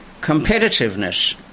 Competitiveness